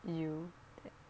you that